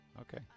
okay